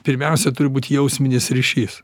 pirmiausia turi būt jausminis ryšys